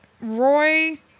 Roy